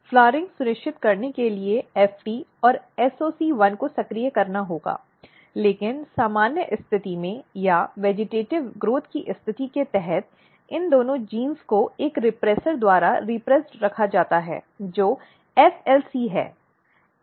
flowering सुनिश्चित करने के लिए FT और SOC1 1 को सक्रिय करना होगा लेकिन सामान्य स्थिति में या वेजिटेटिव़ विकास की स्थिति के तहत इन दोनों जींस को एक रेप्रेस्सर द्वारा रीप्रिस्ट रखा जाता है जो FLC है